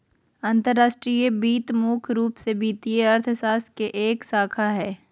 अंतर्राष्ट्रीय वित्त मुख्य रूप से वित्तीय अर्थशास्त्र के एक शाखा हय